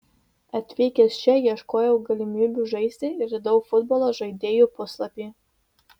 atvykęs čia ieškojau galimybių žaisti ir radau futbolo žaidėjų puslapį